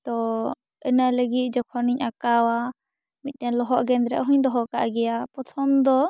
ᱛᱚ ᱤᱱᱟᱹ ᱞᱟᱹᱜᱤᱫ ᱡᱚᱠᱷᱚᱱᱤᱧ ᱟᱠᱟᱣᱟ ᱢᱤᱫᱴᱮᱱ ᱞᱚᱦᱚᱫ ᱜᱮᱸᱫᱽᱨᱮᱡ ᱦᱚᱧ ᱫᱚᱦᱚ ᱠᱟᱜ ᱜᱮᱭᱟ ᱯᱚᱛᱷᱚᱢ ᱫᱚ